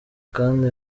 kandi